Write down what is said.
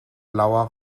blauer